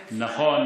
נכון.